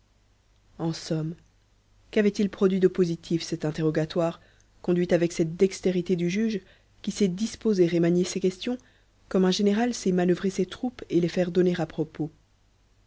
en somme qu'avait-il produit de positif cet interrogatoire conduit avec cette dextérité du juge qui sait disposer et manier ses questions comme un général sait manœuvrer ses troupes et les faire donner à propos